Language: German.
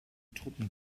truppen